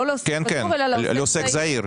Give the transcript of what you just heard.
לא לעוסק פטור אלא לעוסק זעיר.